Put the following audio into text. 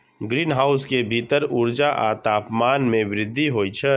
greenhouse के भीतर ऊर्जा आ तापमान मे वृद्धि होइ छै